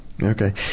Okay